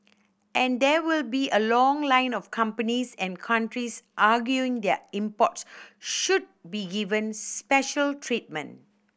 and there will be a long line of companies and countries arguing their imports should be given special treatment